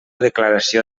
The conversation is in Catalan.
declaració